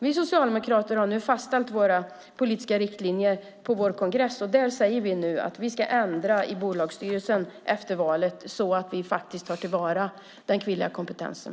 Vi socialdemokrater har fastställt våra politiska riktlinjer på vår kongress, och där säger vi att vi ska ändra i bolagsstyrelserna efter valet så att vi tar till vara den kvinnliga kompetensen.